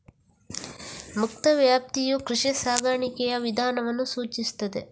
ಮುಕ್ತ ವ್ಯಾಪ್ತಿಯು ಕೃಷಿ ಸಾಕಾಣಿಕೆಯ ವಿಧಾನವನ್ನು ಸೂಚಿಸುತ್ತದೆ